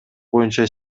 боюнча